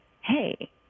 hey